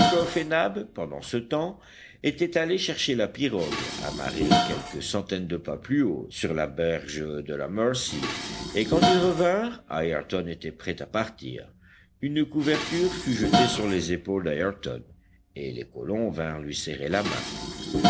pendant ce temps étaient allés chercher la pirogue amarrée quelques centaines de pas plus haut sur la berge de la mercy et quand ils revinrent ayrton était prêt à partir une couverture fut jetée sur les épaules d'ayrton et les colons vinrent lui serrer la main